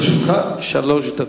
לרשותך שלוש דקות.